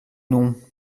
non